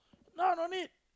no no need